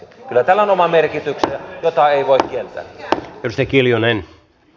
kyllä tällä on oma merkityksensä jota ei voi kieltää